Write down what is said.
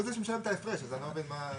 הוא זה שמשלם את ההפרש, אז אני לא מבין מה הבעיה.